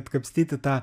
atkapstyti tą